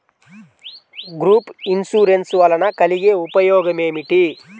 Group insurance వలన కలిగే ఉపయోగమేమిటీ?